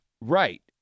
Right